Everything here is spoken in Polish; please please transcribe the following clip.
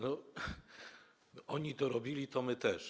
No, oni dorobili, to my też.